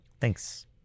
thanks